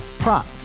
Prop